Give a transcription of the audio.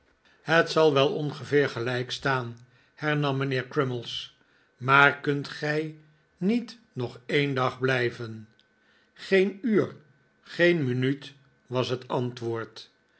het zal wel ongeveer gelijk staan hernam mijnheer crummies maar kunt gij niet nog een dag blijven geen uur geen minuut was het antwoord